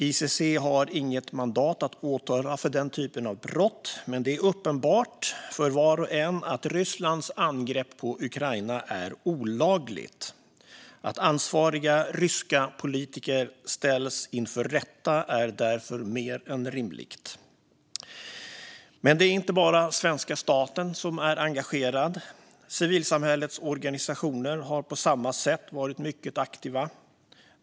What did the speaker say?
ICC har inget mandat att åtala för sådana brott, men det är uppenbart för var och en att Rysslands angrepp på Ukraina är olagligt. Att ansvariga ryska politiker ställs inför rätta är därför mer än rimligt. Det är inte bara svenska staten som är engagerad. Civilsamhällets organisationer har på samma sätt varit mycket aktiva.